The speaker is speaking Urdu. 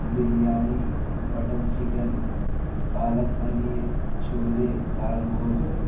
بریانی بٹر چکن پالک پنیر چھولے دال گوشت